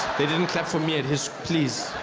they didn't clap for me at his, please.